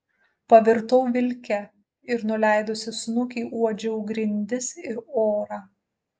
pavirtau vilke ir nuleidusi snukį uodžiau grindis ir orą